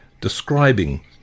describing